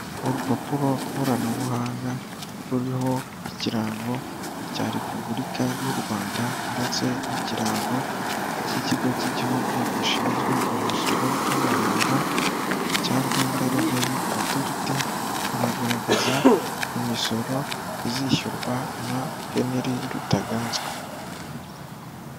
Urupapuro nkoranabuhanga ruriho ikirango cya repubulika y'u Rwanda ndetse n'ikirango cy'ikigo cy'igihugu gishinzwe imisoro n'amahoro cya Rwanda Revenu Otoriti, ruragaragaza imisoro izishyurwa na Henry Rutaganzwa.